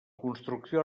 construcció